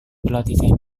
berlatih